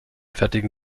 fertigen